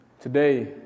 today